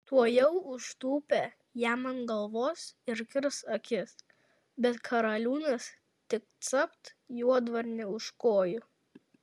tuojau užtūpė jam ant galvos ir kirs akis bet karaliūnas tik capt juodvarnį už kojų